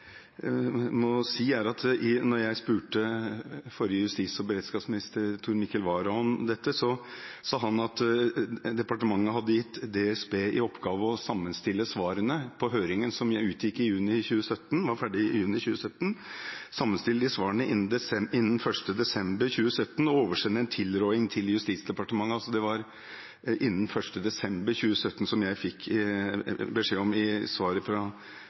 jeg spurte forrige justis- og beredskapsminister, Tor Mikkel Wara, om dette, sa han at departementet hadde gitt DSB i oppgave å sammenstille svarene på høringen, som var ferdig i juni 2017, innen 1. desember 2017 og oversende en tilråding til Justisdepartementet. Spørsmålet mitt er: Det er tre år siden denne rapporten kom. Er ikke statsråden urolig over den manglende oppfølgingen – hvis man nå fremdeles sitter og venter på en anbefaling om